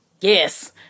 Yes